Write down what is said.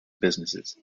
businesses